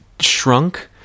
shrunk